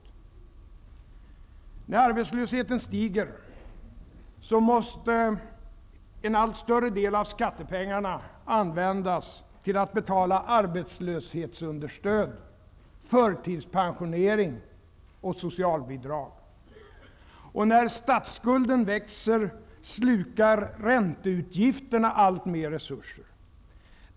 redd När arbetslösheten stiger måste en allt större del av skattepengarna användas till att betala arbetslöshetsunderstöd, förtidspensionering och socialbidrag. När statsskulden växer slukar ränteutgifterna alltmer resurser.